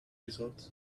results